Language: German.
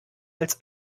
als